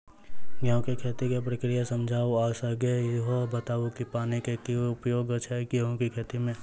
गेंहूँ केँ खेती केँ प्रक्रिया समझाउ आ संगे ईहो बताउ की पानि केँ की उपयोग छै गेंहूँ केँ खेती में?